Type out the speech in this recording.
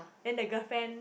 then the girlfriend